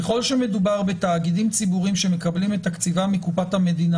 ככל שמדובר בתאגידים ציבוריים שמקבלים את תקציבם מקופת המדינה